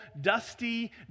dusty